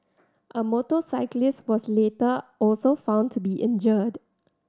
a motorcyclist was later also found to be injured